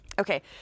Okay